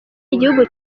igihugu